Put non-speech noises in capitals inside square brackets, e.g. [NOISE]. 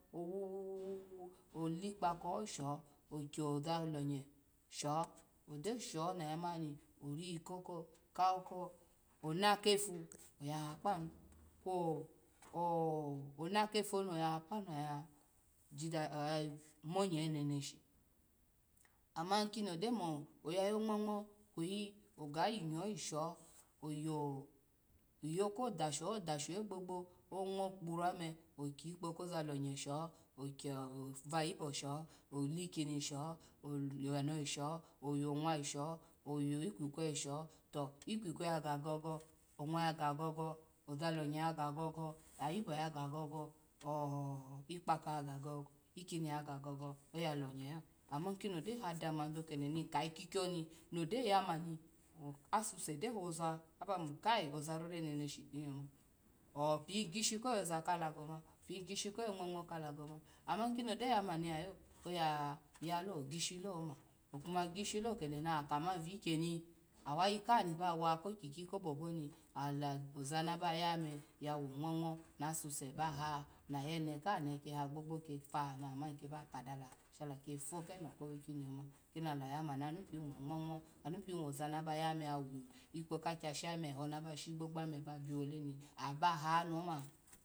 Owu wu wu ohkpako ho sho okyoza lonye sho ogyo yisho no ya mani oriko ko ko ona kefu oyaha kpanu kwo ho ho ona kefuni oyaha kpanu lalo aji dadi [HESITATION] oyamonyehi neneshi ama kini ogyo mo oya yo ngm mgma kweyi oga yinyo yisho oyo yi yo koda sho odasholo gbogbo kwoyi ongm kuru ome okigbo koza lonye sho, okyo vayibo sho, olikini sho, oyo ano yisho oyo onwa yisho, oyikwike yisho to ikwike yaga gogo, onwa yaga gogo ozalonya yaga gogo, ayibo yaga gogo ho ikpako yaga gogo, ikini ya ga gogo oya lonylo ama kini gyo hada bio kede ni ka ikwikyoni node yamani asuse gyo hova abamo kai ozarora neneshi pini yoma awu pini gishi koyoza kalagoma, pini gishi ko ya ngm ngma kalago ma ama kini gyo yamani lalo oya yalo ogishi loma, okuma gishi lo kedo na kama. Vikyani awayi kaha ni bawa ko kiki ko popo ni ala gboza naba yani ome ya wo ngm ngma na suse baha na yene kaha neke ha gbogbo ke vaha naha mani ke ba ka dala sho la kepwo keno wiki noma kini ala yamani anu pini wo ngm ngma anupini wozana baya ni yawi kpoka kyashi ome eho nabashi gbogboba biwole ome abaha noma.